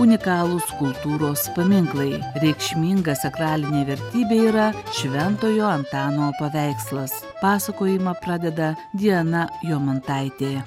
unikalūs kultūros paminklai reikšminga sakralinė vertybė yra šventojo antano paveikslas pasakojimą pradeda diana jomantaitė